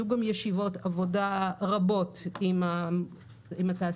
היו גם ישיבות עבודה רבות עם התעשייה,